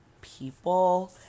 people